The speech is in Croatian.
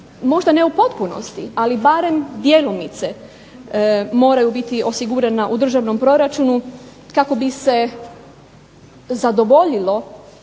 Možda ne u potpunosti, ali barem djelomice moraju biti osigurana u državnom proračunu kako bi se zadovoljilo